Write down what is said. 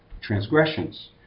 transgressions